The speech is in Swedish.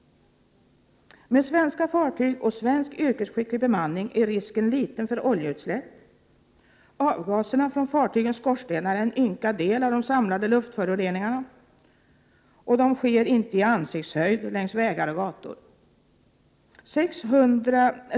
Med svenska fartyg och svensk yrkesskicklig bemanning är risken liten för oljeutsläpp. Avgaserna från fartygens skorstenar är en ynka del av de samlade luftföroreningarna. Utsläppen sker inte i ansiktshöjd längs vägar och gator.